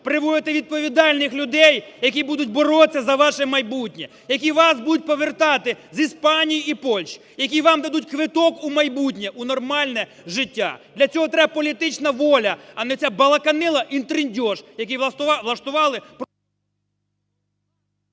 приводити відповідальних людей, які будуть боротися за ваше майбутнє, які вас будуть повертати зіспаній і польщ, які вам дадуть квиток у майбутнє, у нормальне життя. Для цього треба політична воля, а не ця балаканина і триндьож, які влаштували…